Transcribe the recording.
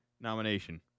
nomination